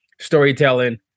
storytelling